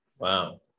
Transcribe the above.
Wow